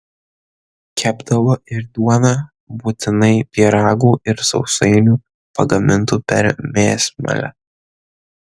kepdavo ir duoną būtinai pyragų ir sausainių pagamintų per mėsmalę